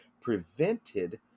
prevented